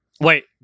Wait